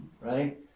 right